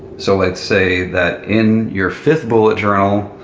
so let's say that in your fifth bullet journal,